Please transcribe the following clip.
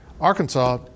Arkansas